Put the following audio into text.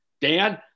Dan